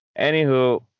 Anywho